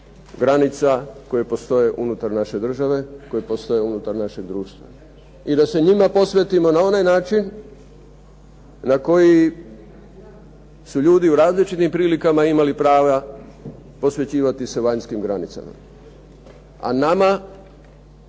granica koje postoje unutar naše države i unutar našega društva. I da se njima posvetimo na onaj način na koji su ljudi u različitim prilikama imali prava, posvećivati se vanjskim granicama. A nama,